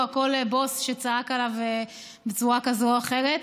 כל בוס שצעק עליו בצורה כזאת או אחרת.